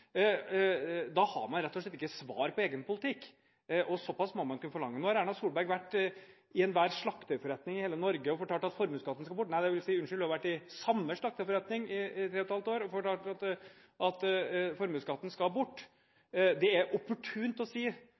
har man rett og slett ikke svar på egen politikk. Såpass må man kunne forlange. Nå har Erna Solberg vært i samme slakterforretning i tre og et halvt år og fortalt at formuesskatten skal bort. Det er opportunt å si når man møter småbedriftsledere, men så får man ubehagelige konsekvenser ved at man da får en masse nullskattytere – og så sier man at nei, jeg mente det